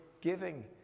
giving